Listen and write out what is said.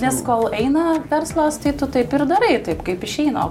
nes kol eina verslas tai tu taip ir darai taip kaip išeina o